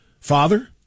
Father